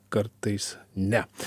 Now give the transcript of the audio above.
kartais ne